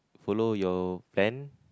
follow your plan